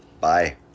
Bye